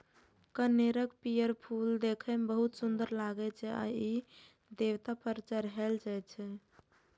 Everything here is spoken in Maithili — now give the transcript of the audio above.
कनेरक पीयर फूल देखै मे बहुत सुंदर लागै छै आ ई देवता पर चढ़ायलो जाइ छै